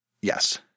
Yes